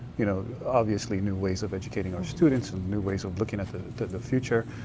you know obviously, new ways of educating our students, and new ways of looking at the the future,